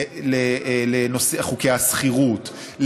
לחוקי השכירות,